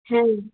হ্যাঁ